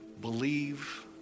believe